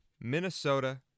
Minnesota